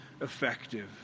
effective